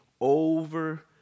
over